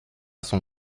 son